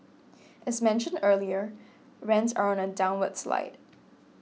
as mentioned earlier rents are on a downward slide